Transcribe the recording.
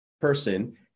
person